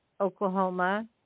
Oklahoma